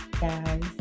guys